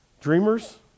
Dreamers